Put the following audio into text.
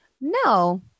no